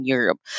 Europe